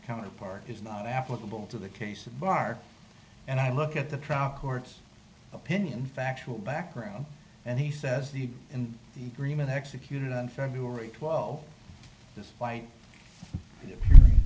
counterpart is not applicable to the case of bar and i look at the trial court's opinion factual background and he says the in the agreement executed on feb twelfth despite